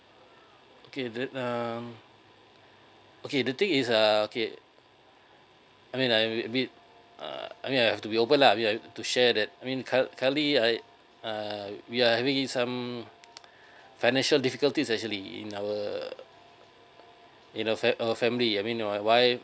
okay then um okay the thing is uh okay I mean I mean we uh I mean I have to be open lah we have to share that I mean curren~ currently I uh we are having some financial difficulties actually in our in our fam~ in our family I mean my wife